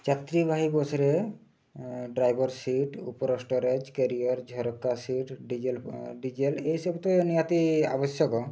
ଯାତ୍ରୀବାହୀ ବସ୍ରେ driver seat ଉପର ଷ୍ଟୋରେଜ୍ କ୍ୟାରିୟର୍ ଝରକା ସିଟ୍ ଡିଜେଲ୍ ଡିଜେଲ୍ ଏସବୁ ତ ନିହାତି ଆବଶ୍ୟକ